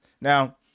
Now